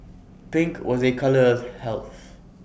pink was A colour health